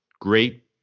great